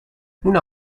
una